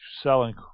selling